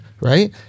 right